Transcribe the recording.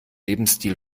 lebensstil